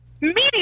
Media